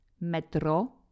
metro